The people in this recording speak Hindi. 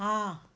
हाँ